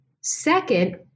Second